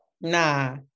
Nah